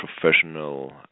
professional